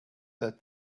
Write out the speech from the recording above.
that